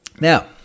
Now